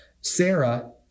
Sarah